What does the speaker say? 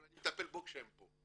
אבל אני מטפל כשהם פה.